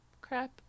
crap